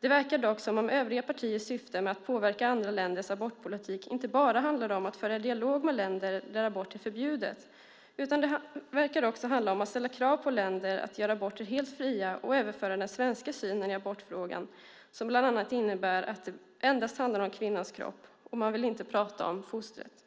Det verkar dock som om övriga partiers syfte med att påverka andra länders abortpolitik inte bara handlar om att föra dialog med länder där aborter är förbjudet, utan det verkar också handla om att ställa krav på länder att göra aborter fria och överföra den svenska synen i abortfrågan som bland annat innebär att det endast handlar om kvinnans kropp. Man vill inte prata om fostret.